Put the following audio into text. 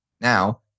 Now